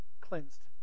cleansed